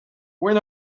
when